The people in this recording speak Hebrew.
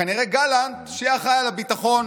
כנראה גלנט, שיהיה אחראי על הביטחון